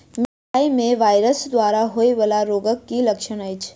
मिरचाई मे वायरस द्वारा होइ वला रोगक की लक्षण अछि?